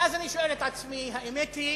ואז אני שואל את עצמי: האמת היא